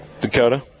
Dakota